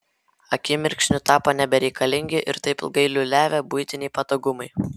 akimirksniu tapo nebereikalingi ir taip ilgai liūliavę buitiniai patogumai